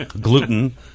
gluten